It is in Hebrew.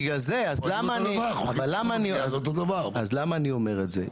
אז למה אני אומר את זה?